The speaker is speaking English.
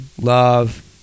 love